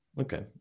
okay